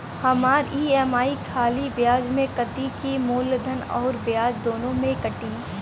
हमार ई.एम.आई खाली ब्याज में कती की मूलधन अउर ब्याज दोनों में से कटी?